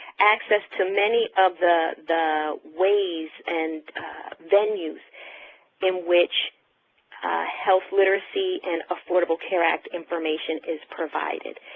access to many of the the ways and venues in which health literacy and affordable care act information is provided,